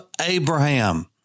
Abraham